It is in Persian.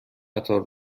قطار